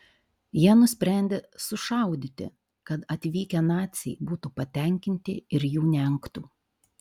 jie nusprendė sušaudyti kad atvykę naciai būtų patenkinti ir jų neengtų